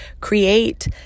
create